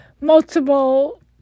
multiple